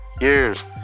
years